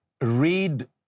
read